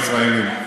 הישראלים.